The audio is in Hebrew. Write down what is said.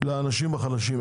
לאנשים החלשים.